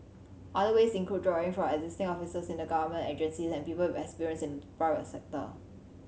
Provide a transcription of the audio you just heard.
other ways include drawing from existing officers in the government agencies and people with experience in the private sector